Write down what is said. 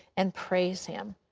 and praise him.